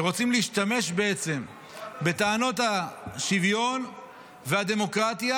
ורוצים להשתמש בעצם בטענות השוויון והדמוקרטיה